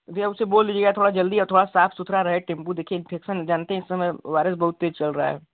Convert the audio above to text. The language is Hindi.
भैया उसे बोल दीजिएगा थोड़ा जल्दी अ थोड़ा साफ सुथरा रहे टेमपु देखिए इन्फेक्शन जानते हें इस समय वाइरस बहुत तेज चल रहा हे